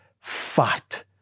fight